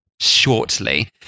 shortly